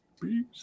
Peace